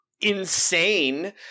insane